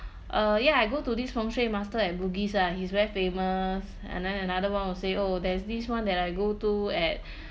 err yeah I go to this feng shui master at bugis ah he's very famous and then another [one] I would say oh there's this [one] that I go to at